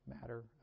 matter